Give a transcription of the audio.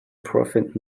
profit